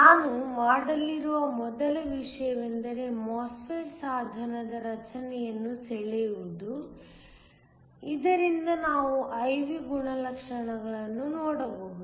ನಾನು ಮಾಡಲಿರುವ ಮೊದಲ ವಿಷಯವೆಂದರೆ MOSFET ಸಾಧನದ ರಚನೆಯನ್ನು ಸೆಳೆಯುವುದು ಇದರಿಂದ ನಾವು I V ಗುಣಲಕ್ಷಣಗಳನ್ನು ನೋಡಬಹುದು